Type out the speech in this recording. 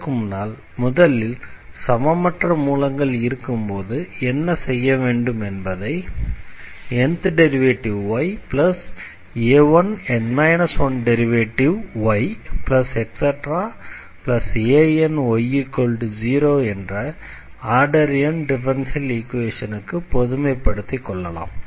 அதற்கு முன்னால் முதலில் சமமற்ற மூலங்கள் இருக்கும் போது என்ன செய்ய வேண்டும் என்பதை dnydxna1dn 1ydxn 1any0 என்ற ஆர்டர் n டிஃபரன்ஷியல் ஈக்வேஷனுக்கு பொதுமை படுத்திக்கொள்ளலாம்